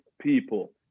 people